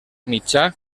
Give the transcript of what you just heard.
mitjà